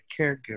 caregiver